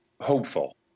hopeful